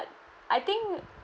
I think